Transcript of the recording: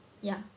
ya